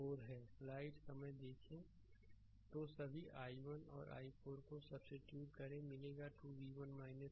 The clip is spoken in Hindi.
स्लाइड समय देखें 0438 तो सभी i1 और i4 को को सब्सीट्यूट करें मिलेगा 2 v1 3 v3 2